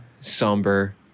somber